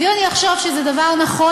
ואם אני אחשוב שזה דבר נכון,